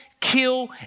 Kill